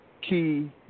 key